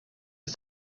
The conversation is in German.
ist